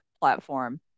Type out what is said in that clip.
platform